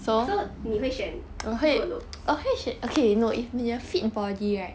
so 你会选 good looks